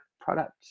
product